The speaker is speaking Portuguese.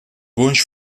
bons